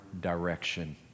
direction